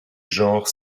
genre